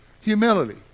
humility